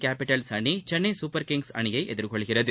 Capitals அணி Chennai Super Kings அணியை எதிர்கொள்கிறது